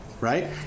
Right